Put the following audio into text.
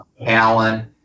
Alan